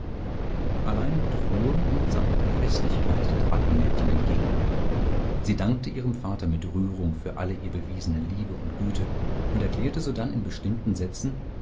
allein mit ruhe und sanfter festigkeit trat ihm nettchen entgegen sie dankte ihrem vater mit rührung für alle ihr bewiesene liebe und güte und erklärte sodann in bestimmten sätzen